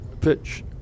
pitch